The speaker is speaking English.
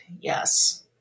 Yes